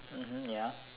mmhmm ya